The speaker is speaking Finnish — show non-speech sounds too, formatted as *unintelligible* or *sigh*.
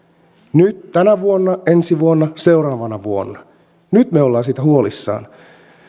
nyt tänä vuonna ensi vuonna seuraavana vuonna nyt me olemme siitä huolissamme *unintelligible* *unintelligible* *unintelligible* *unintelligible*